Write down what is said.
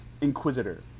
Inquisitor